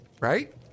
right